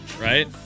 right